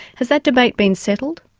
has that debate been settled?